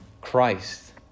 Christ